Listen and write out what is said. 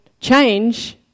change